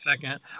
second